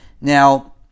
Now